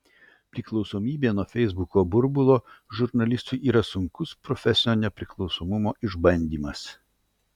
priklausomybė nuo feisbuko burbulo žurnalistui yra sunkus profesinio nepriklausomumo išbandymas